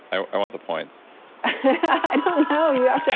i i want the points i don't know, you